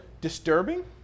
disturbing